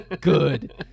good